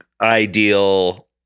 ideal